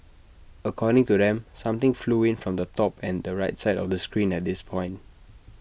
according to them something flew in from the top and the right side of the screen at this point